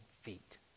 feet